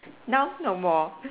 now no more